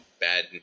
bad